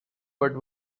but